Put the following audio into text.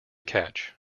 catch